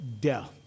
death